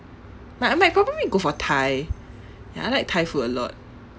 but I might probably go for thai ya I like thai food a lot